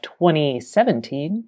2017